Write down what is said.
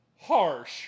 harsh